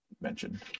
Mentioned